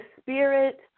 spirit